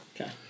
Okay